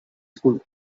school